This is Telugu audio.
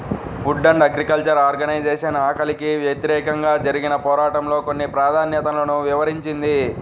ఫుడ్ అండ్ అగ్రికల్చర్ ఆర్గనైజేషన్ ఆకలికి వ్యతిరేకంగా జరిగిన పోరాటంలో కొన్ని ప్రాధాన్యతలను వివరించింది